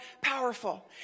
powerful